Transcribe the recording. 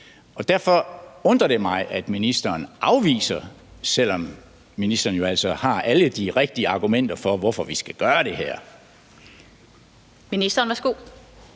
og derfor undrer det mig, at ministeren afviser, selv om ministeren jo har alle de rigtige argumenter for, hvorfor vi skulle gøre det her. Kl. 16:11 Den fg.